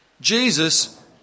Jesus